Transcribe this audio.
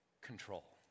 control